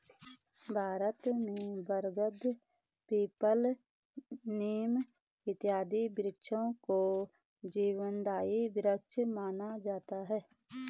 भारत में बरगद पीपल नीम इत्यादि वृक्षों को जीवनदायी वृक्ष माना जाता है